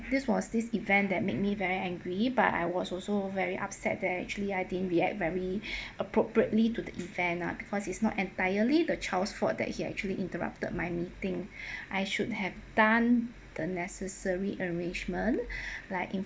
this was this event that made me very angry but I was also very upset that actually I didn't react very appropriately to the event ah because it's not entirely the child's fault that he actually interrupted my meeting I should have done the necessary arrangement like